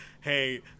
hey